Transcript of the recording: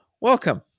welcome